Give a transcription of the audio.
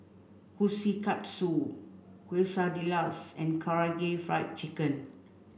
Kushikatsu Quesadillas and Karaage Fried Chicken